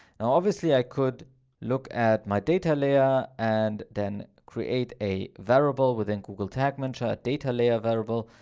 now obviously, i could look at my data layer and then create a variable within google tag manager data layer variable,